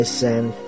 send